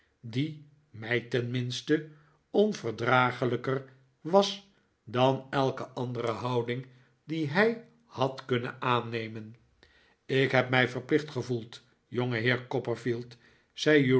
die mij tenminste onverdraaglijker was dan elke andere houding die hij had kunnen aannemen ik heb mij verplicht gevoeld